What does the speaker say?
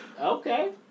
Okay